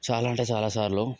చాలా అంటే చాలా సార్లు